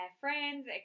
friends